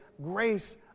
grace